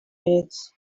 minutes